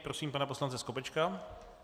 Prosím pana poslance Skopečka.